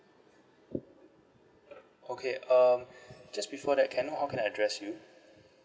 okay uh just before that can I know how can I address you